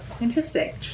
Interesting